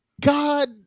God